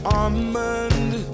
almond